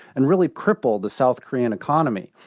and really crippled the south korean economy.